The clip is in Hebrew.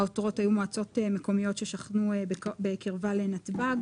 כשהעותרות היו מועצות מקומיות ששכנו בקרבה לנתב"ג.